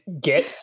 get